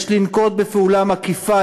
יש לנקוט פעולה מקיפה,